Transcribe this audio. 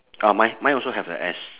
ah mine mine also have the S